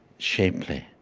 shapely.